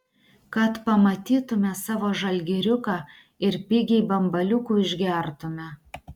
kad pamatytume savo žalgiriuką ir pigiai bambaliukų išgertume